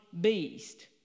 beast